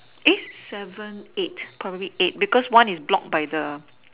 eight seven eight probably eight because one is probably blocked by the